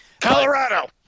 Colorado